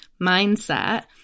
mindset